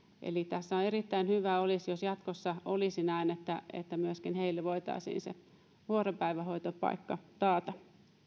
eli tässä erittäin hyvä olisi jos jatkossa olisi näin että että myöskin heille voitaisiin se vuoropäivähoitopaikka taata